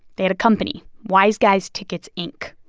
they had a company, wiseguys tickets, inc.